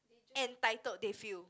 entitled they feel